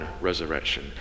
resurrection